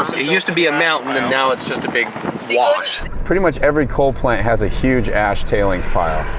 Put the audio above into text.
it used to be a mountain. and now it's just a big wash. pretty much every coal plant has a huge ash tailings pile.